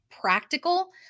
practical